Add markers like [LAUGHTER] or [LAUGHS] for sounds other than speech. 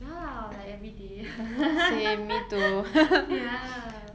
ya lah like everyday [LAUGHS] ya